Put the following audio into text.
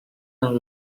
and